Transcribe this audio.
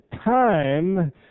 time